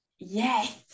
yes